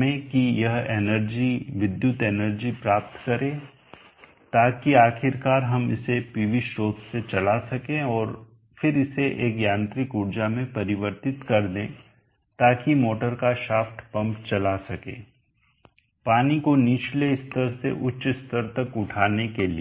में की यह एनर्जीविद्युत एनर्जी प्राप्त करें ताकि आखिरकार हम इसे पीवी स्रोत से चला सकें और फिर इसे एक यांत्रिक ऊर्जा में परिवर्तित कर दें ताकि मोटर का शाफ्ट पंप चला सके पानी को निचले स्तर से उच्च स्तर तक उठाने के लिए